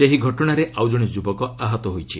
ଏହି ଘଟଣାରେ ଆଉ ଜଣେ ଯୁବକ ଆହତ ହୋଇଛି